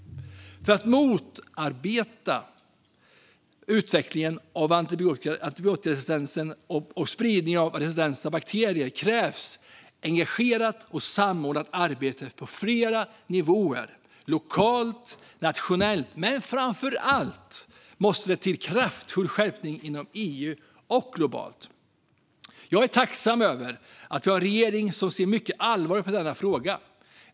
För att motarbeta utvecklingen av antibiotikaresistens och spridning av resistenta bakterier krävs ett engagerat och samordnat arbete på flera nivåer lokalt och nationellt, men framför allt måste det till en kraftfull skärpning inom EU och globalt. Jag är tacksam över att vi har en regering som ser mycket allvarligt på denna fråga.